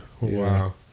Wow